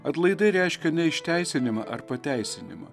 atlaidai reiškia ne išteisinimą ar pateisinimą